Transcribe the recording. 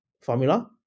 formula